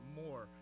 more